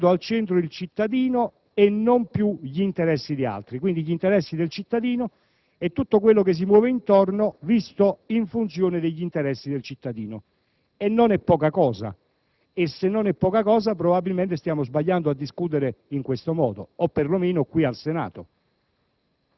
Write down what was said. mettendo al centro il cittadino e non più gli interessi di altri, quindi gli interessi del cittadino e tutto ciò che si muove intorno visto in funzione degli interessi del cittadino stesso. E non è poco. Se non è poco, allora stiamo probabilmente sbagliando a discutere in questo modo, perlomeno qui al Senato.